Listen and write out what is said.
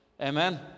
Amen